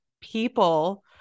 people